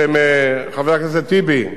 חבר הכנסת טיבי,